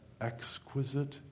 exquisite